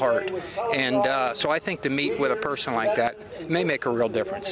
heart and so i think to meet with a person like that may make a real difference